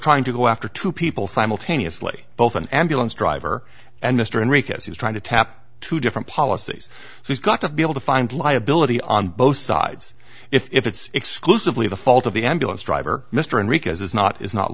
trying to go after two people simultaneously both an ambulance driver and mr enrquez he's trying to tap two different policies he's got to be able to find liability on both sides if it's exclusively the fault of the ambulance driver mr and rica's is not is not